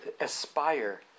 aspire